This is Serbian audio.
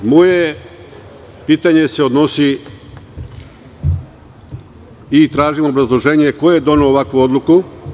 Moje pitanje se odnosi i tražim obrazloženje – ko je doneo ovakvu odluku?